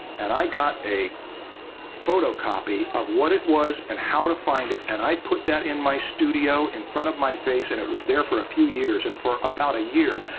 and i got a photocopy of what it was and how to find it. and i put that in my studio in front of my face, and it was there for a few years, and for about a year,